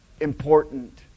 important